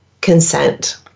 consent